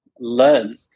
Learned